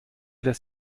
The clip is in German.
das